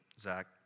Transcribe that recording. Zach